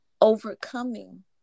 overcoming